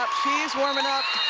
was warming up.